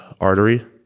artery